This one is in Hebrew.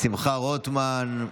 שמחה רוטמן.